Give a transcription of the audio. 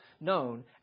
known